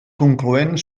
concloent